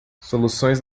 soluções